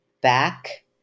back